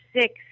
six